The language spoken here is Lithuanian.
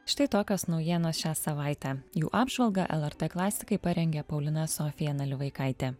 štai tokios naujienos šią savaitę jų apžvalgą lrt klasikai parengė paulina sofija nalivaikaitė